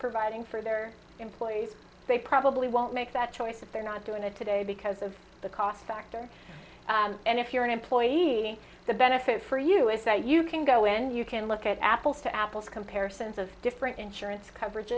providing for their employees they probably won't make that choice if they're not doing it today because of the cost factor and if you're an employee the benefit for you is that you can go in you can look at apples to apples comparisons of different insurance coverage